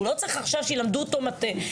הוא לא צריך עכשיו שילמדו אותו אנגלית,